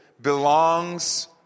belongs